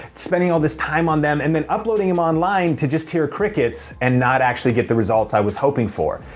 spending all this time on them and then uploading them online to just hear crickets and not actually get the results i was hoping for.